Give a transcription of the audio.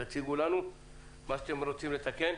תציגו לנו מה אתם רוצים לתקן.